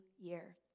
year